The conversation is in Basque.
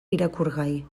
irakurgai